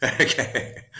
Okay